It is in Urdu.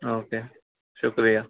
اوکے شکریہ